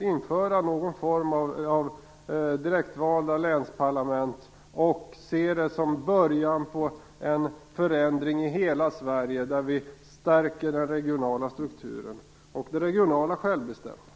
Då skall man införa någon form av direktvalda länsparlament som kan ses som en början till en förändring i hela Sverige där vi stärker den regionala strukturen och det regionala självbestämmandet.